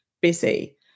busy